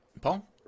Paul